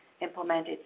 implemented